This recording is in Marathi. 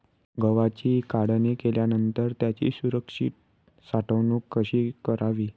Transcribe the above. गव्हाची काढणी केल्यानंतर त्याची सुरक्षित साठवणूक कशी करावी?